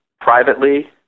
privately